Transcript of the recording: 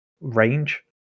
range